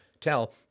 tell